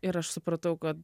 ir aš supratau kad